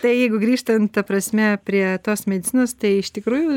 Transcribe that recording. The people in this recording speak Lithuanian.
tai jeigu grįžtant ta prasme prie tos medicinos tai iš tikrųjų